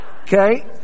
Okay